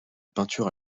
peinture